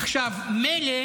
עכשיו מילא